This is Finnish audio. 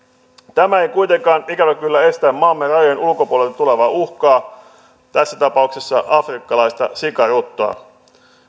tämä ei kuitenkaan ikävä kyllä estä maamme rajojen ulkopuolelta tulevaa uhkaa tässä tapauksessa afrikkalaista sikaruttoa